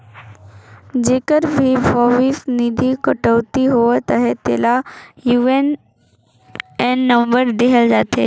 जेकर भी भविस निधि कटउती होवत अहे तेला यू.ए.एन नंबर देहल जाथे